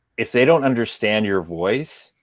if they don't understand your voice,